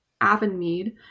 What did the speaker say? Avonmead